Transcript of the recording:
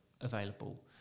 available